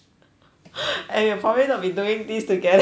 and we're probably not be doing things together